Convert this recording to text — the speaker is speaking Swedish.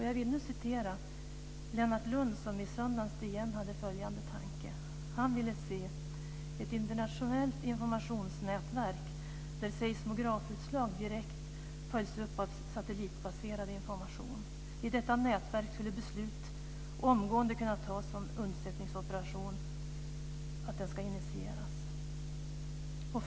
Jag vill nu återge Lennart Lund, som i söndagens DN hade följande tanke. Han ville se ett internationellt informationsnätverk där seismografutslag direkt följs upp av satellitbaserad information. I detta nätverk skulle beslut omgående kunna tas om initiering av undsättningsoperation.